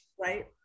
right